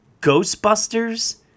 Ghostbusters